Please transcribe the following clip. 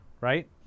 Right